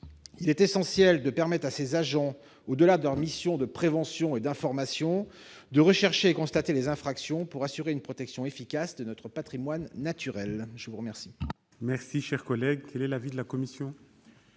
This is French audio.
Il est essentiel de permettre à ces agents, au-delà de leur mission de prévention et d'information, de rechercher et constater les infractions pour assurer une protection efficace de notre patrimoine naturel. Quel